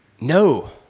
No